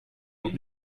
noch